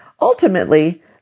Ultimately